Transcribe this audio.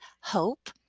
hope